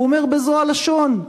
והוא אומר בזו הלשון: